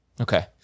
Okay